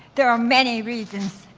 there are many reasons,